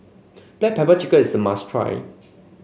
Black Pepper Chicken is a must try